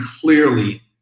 clearly